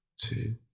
two